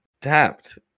tapped